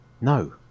No